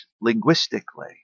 linguistically